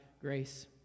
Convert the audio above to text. grace